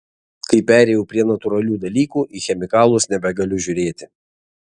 kai perėjau prie natūralių dalykų į chemikalus nebegaliu žiūrėti